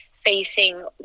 facing